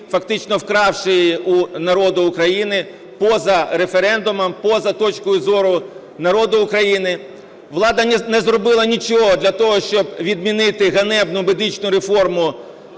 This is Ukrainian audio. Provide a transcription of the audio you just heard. фактично вкравши її у народу України поза референдумом, поза точкою зору народу України. Влада не зробила нічого для того, щоб відмінити ганебну медичну реформу,